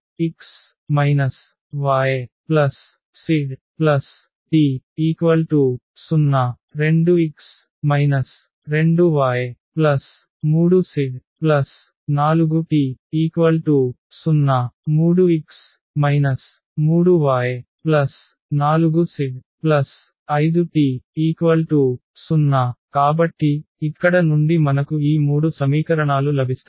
x yzt0 2x 2y3z4t0 3x 3y4z5t0 కాబట్టి ఇక్కడ నుండి మనకు ఈ 3 సమీకరణాలు లభిస్తాయి